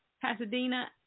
Pasadena